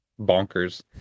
bonkers